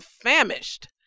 famished